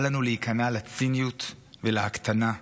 אל לנו להיכנע לציניות ולהקטנה.